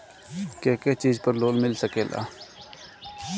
के के चीज पर लोन मिल सकेला?